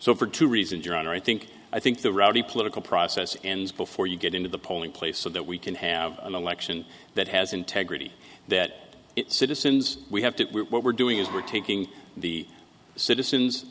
so for two reasons your honor i think i think the rowdy political process ends before you get into the polling place so that we can have an election that has integrity that its citizens we have to what we're doing is we're taking the citizens